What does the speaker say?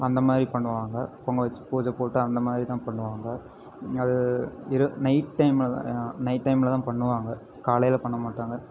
அந்த மாதிரி பண்ணுவாங்க பொங்கல் வச்சு பூஜை போட்டு அந்த மாதிரிதான் பண்ணுவாங்க அது இருட்டு நைட் டைமில்தான் நைட் டைமில்தான் பண்ணுவாங்க காலையில் பண்ண மாட்டாங்க